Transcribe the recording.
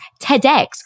TEDx